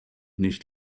nicht